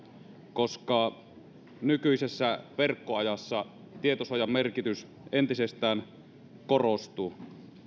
koska nykyisessä verkkoajassa tietosuojan merkitys entisestään korostuu